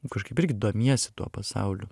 kažkaip irgi domiesi tuo pasauliu